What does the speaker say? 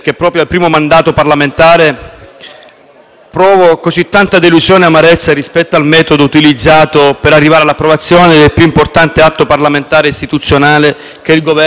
provo tanta delusione e amarezza rispetto al metodo utilizzato per arrivare all'approvazione del più importante atto parlamentare e istituzionale che il Governo compie in quest'Aula.